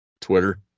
Twitter